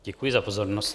Děkuji za pozornost.